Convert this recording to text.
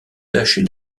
tâcher